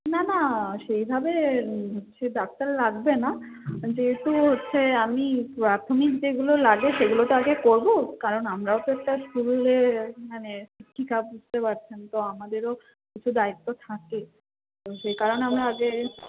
না না সেইভাবে হচ্ছে ডাক্তার লাগবে না যেহেতু হচ্ছে আমি প্রাথমিক যেগুলো লাগে সেগুলো তো আগে করবো কারণ আমরাও তো একটা স্কুলের মানে শিক্ষিকা বুঝতে পারছেন তো আমাদেরও কিছু দায়িত্ব থাকে সেই কারণে আমরা আগে